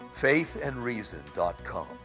faithandreason.com